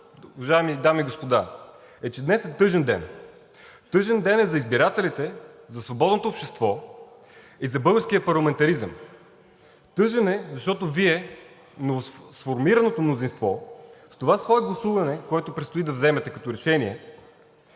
уважаеми дами и господа, е, че днес е тъжен ден. Тъжен ден е за избирателите, за свободното общество и за българския парламентаризъм, тъжен е, защото Вие, новосформираното мнозинство, с това свое гласуване, което предстои да вземете като решение,